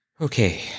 Okay